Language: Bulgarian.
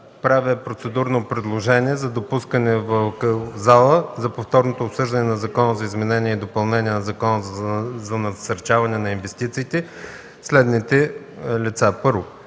правя процедурно предложение за допускане в залата за Повторното обсъждане на Закона за изменение и допълнение на Закона за насърчаване на инвестициите на следните лица: Елена